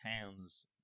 Towns